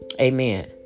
Amen